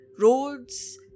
roads